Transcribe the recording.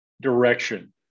direction